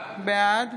בעד